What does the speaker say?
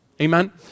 Amen